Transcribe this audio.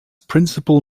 principal